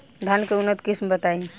धान के उन्नत किस्म बताई?